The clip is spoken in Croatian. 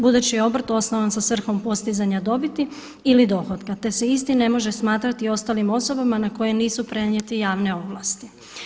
Budući je obrt osnovan sa svrhom postizanja dobiti ili dohotka, te se isti ne može smatrati ostalim osobama na koje nisu prenijete javne ovlasti.